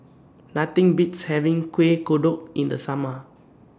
Nothing Beats having Kuih Kodok in The Summer